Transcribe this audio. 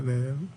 לא רק קורה.